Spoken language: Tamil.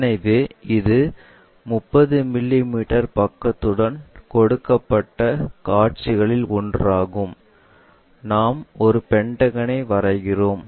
எனவே இது 30 மிமீ பக்கத்துடன் கொடுக்கப்பட்ட காட்சிகளில் ஒன்றாகும் நாங்கள் ஒரு பென்டகனை வரைகிறோம்